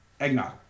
eggnog